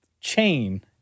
chain